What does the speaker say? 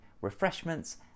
refreshments